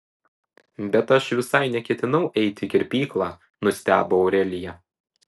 bet aš visai neketinau eiti į kirpyklą nustebo aurelija